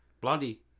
Blondie